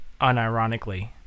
unironically